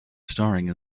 starring